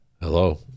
Hello